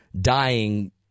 dying